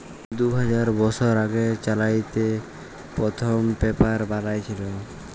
দু হাজার বসর আগে চাইলাতে পথ্থম পেপার বালাঁই ছিল